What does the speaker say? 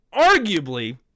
arguably